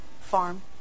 farm